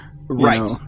Right